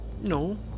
No